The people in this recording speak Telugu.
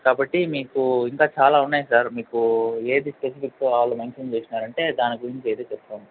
కాబట్టి మీకు ఇంకా చాలా ఉన్నాయి సార్ మీకు ఏది స్పెసిఫిక్ కావాలో మెన్షన్ చేసినారంటే దాని గురించి అయితే చెప్తాం